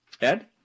Ed